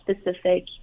specific